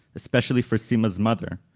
especially for sima's mother,